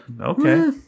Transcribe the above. okay